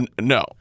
No